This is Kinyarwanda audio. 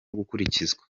gukurikizwa